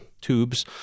tubes